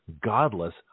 godless